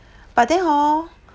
but then hor